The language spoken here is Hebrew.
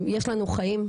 יש לנו חיים.